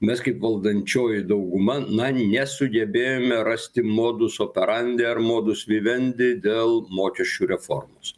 mes kaip valdančioji dauguma na nesugebėjome rasti modus operandi ar modus vivendi dėl mokesčių reformos